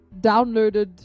downloaded